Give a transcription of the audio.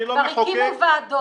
אני לא מחוקק -- כבר הקימו ועדות.